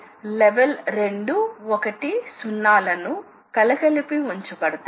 అయితే ఒక పూర్తి చక్రంకదలిక లో ఎంత పదార్థం ఎంత లోతు పదార్థం తొలగించబడుతుంది